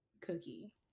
Cookie